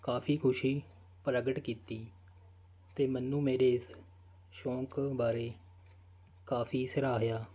ਕਾਫੀ ਖੁਸ਼ੀ ਪ੍ਰਗਟ ਕੀਤੀ ਅਤੇ ਮੈਨੂੰ ਮੇਰੇ ਇਸ ਸ਼ੌਕ ਬਾਰੇ ਕਾਫੀ ਸਰਾਹਿਆ